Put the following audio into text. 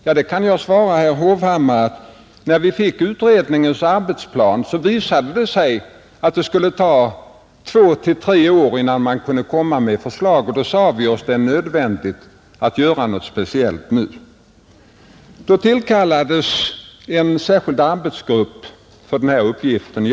Jag kan svara herr Hovhammar att det, när vi fick utredningens arbetsplan, visade sig att det skulle dröja två tre år innan den kunde lägga fram förslag. Då sade vi oss att det är nödvändigt att göra något speciellt nu. En särskild arbetsgrupp för den här uppgiften tillkallades.